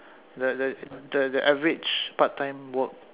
the the the the average part time work